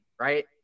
right